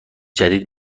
جدید